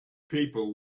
people